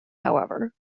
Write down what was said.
however